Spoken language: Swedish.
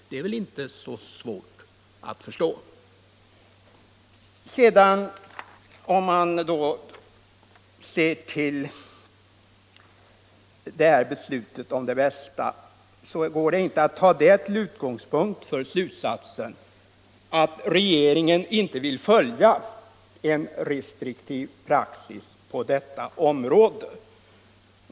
Det är väl inte så svårt att förstå. Det går inte att ta beslutet om Det Bästa till utgångspunkt för slutsatsen att regeringen inte vill följa en restriktiv praxis på detta område.